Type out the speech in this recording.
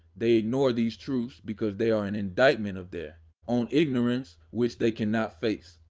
they ignore these truths because they are an indictment of their own ignorance, which they cannot face.